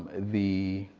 the